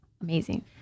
amazing